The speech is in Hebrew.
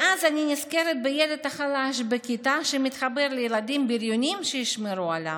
ואז אני נזכרת בילד החלש בכיתה שמתחבר לילדים בריונים שישמרו עליו.